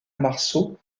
marceau